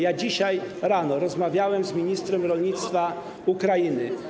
Ja dzisiaj rano rozmawiałem z ministrem rolnictwa Ukrainy.